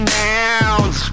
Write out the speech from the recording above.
nouns